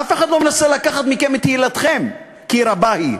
אף אחד לא מנסה לקחת מכם את תהילתכם כי רבה היא,